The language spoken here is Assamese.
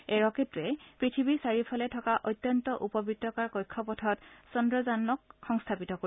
এই ৰকেটটোৱে পৃথিৱীৰ চাৰিওফালে থকা অত্যন্ত উপবৃত্তকাৰ কক্ষপক্ষত চন্দ্ৰযানক সংস্থাপন কৰিব